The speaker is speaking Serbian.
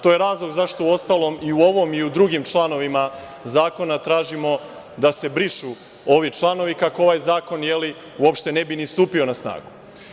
To je razlog zašto uostalom i u ovom i u drugim članovima zakona tražimo da se brišu ovi članovi, kako ovaj zakon uopšte ne bi ni stupio na snagu.